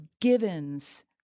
givens